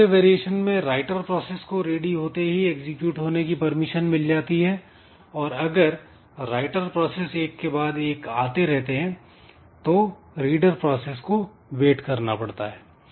दूसरे वेरिएशन में writer process को रेडी होते ही एग्जीक्यूट होने की परमिशन मिल जाती है और अगर राइटर प्रोसेस एक के बाद एक आते रहते हैं तो रीडर प्रोसेस को वेट करना पड़ता है